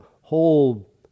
whole